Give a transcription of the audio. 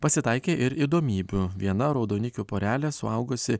pasitaikė ir įdomybių viena raudonikių porelė suaugusi